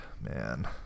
Man